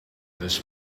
this